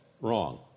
wrong